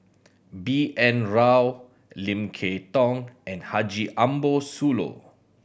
B N Rao Lim Kay Tong and Haji Ambo Sooloh